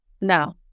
No